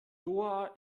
doha